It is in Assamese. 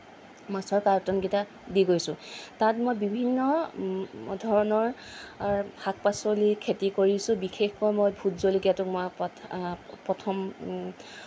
মাছৰ কাৰ্টনকেইটাত দি গৈছোঁ তাত মই বিভিন্ন ধৰণৰ শাক পাচলি খেতি কৰিছোঁ বিশেষকৈ মই ভূত জলকীয়াটো মই প প্ৰথম